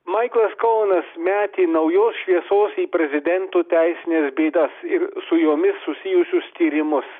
maiklas konas metė naujos šviesos į prezidento teisines bėdas ir su jomis susijusius tyrimus